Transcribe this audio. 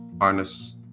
harness